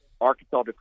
Arkansas